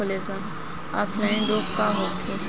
Offline रोग का होखे?